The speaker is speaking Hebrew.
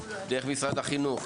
דרך משרד החינוך,